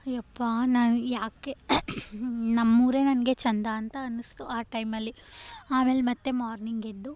ಅಪ್ಪಾ ನಾ ಯಾಕೆ ನಮ್ಮೂರೇ ನನಗೆ ಚಂದ ಅಂತ ಅನ್ನಿಸ್ತು ಆ ಟೈಮಲ್ಲಿ ಆಮೇಲೆ ಮತ್ತು ಮಾರ್ನಿಂಗ್ ಎದ್ದು